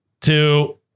two